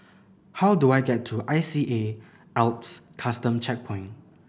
how do I get to I C A Alps Custom Checkpoint